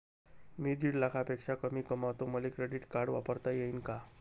मी दीड लाखापेक्षा कमी कमवतो, मले क्रेडिट कार्ड वापरता येईन का?